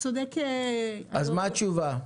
מה התשובה?